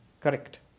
correct